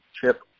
chip